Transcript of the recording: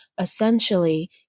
essentially